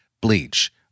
bleach